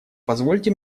позвольте